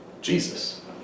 Jesus